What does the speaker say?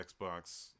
Xbox